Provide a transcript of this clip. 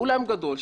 באולם גדול,